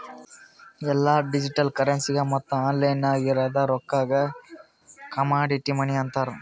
ಎಲ್ಲಾ ಡಿಜಿಟಲ್ ಕರೆನ್ಸಿಗ ಮತ್ತ ಆನ್ಲೈನ್ ನಾಗ್ ಇರದ್ ರೊಕ್ಕಾಗ ಕಮಾಡಿಟಿ ಮನಿ ಅಂತಾರ್